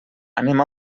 anem